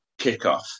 kickoff